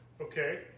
Okay